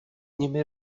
nimi